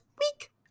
week